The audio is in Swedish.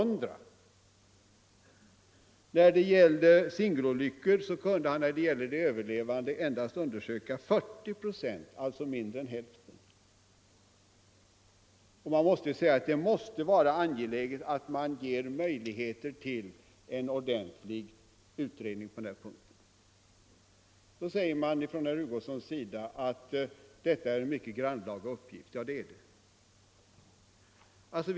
När det gällde singelolyckorna kunde han endast undersöka 40 procent, alltså mindre än hälften, av de överlevande. Det måste vara angeläget att man ger möjlighet till en ordentlig utredning på denna punkt. Herr Hugosson säger att detta är en mycket grannlaga uppgift. Ja, det är det.